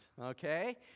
okay